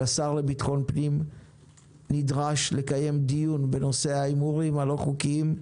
השר לביטחון פנים נדרש לקיים בנושא ההימורים הלא חוקיים,